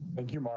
thank you. mara.